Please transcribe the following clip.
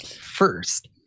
first